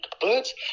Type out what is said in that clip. birds